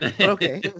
Okay